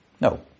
No